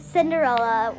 Cinderella